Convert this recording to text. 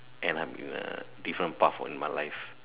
and I'm uh different path on my life